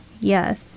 Yes